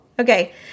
Okay